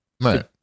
right